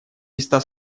места